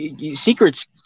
secrets